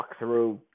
walkthrough